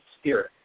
Spirit